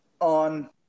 on